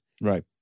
Right